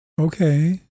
Okay